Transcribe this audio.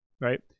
right